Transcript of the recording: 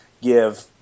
give